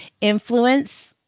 influence